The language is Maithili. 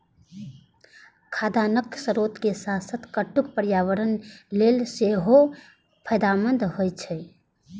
खाद्यान्नक स्रोत के साथ साथ कट्टू पर्यावरण लेल सेहो फायदेमंद होइ छै